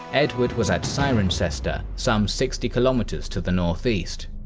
edward was at cirencester, some sixty kilometers to the northeast.